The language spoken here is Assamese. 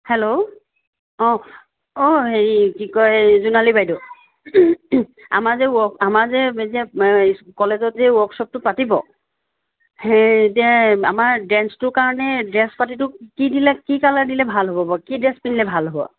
হেল্ল' অ অ হেৰি কি কয় জোনালী বাইদেউ আমাৰ যে ৱ আমাৰ যে যে কলেজত যে ৱৰ্কশ্বপটো পাতিব সেই যে আমাৰ ডেঞ্চটোৰ কাৰণে ড্ৰেছ পাতিটো কি দিলে কি কালাৰ দিলে ভাল হ'ব বাৰু কি ড্ৰেছ পিন্ধিলে ভাল হ'ব